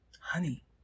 Honey